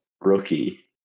rookie